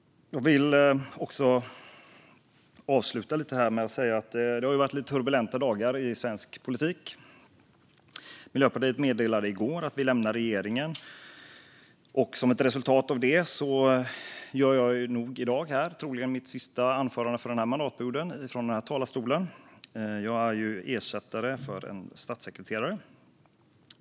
Det har varit lite turbulenta dagar i svensk politik. Miljöpartiet meddelade i går att vi lämnar regeringen. Som ett resultat av det håller jag just nu troligen mitt sista anförande i den här talarstolen för den här mandatperioden. Jag är ju ersättare för en statssekreterare.